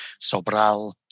Sobral